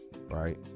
right